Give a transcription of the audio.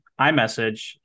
iMessage